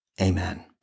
Amen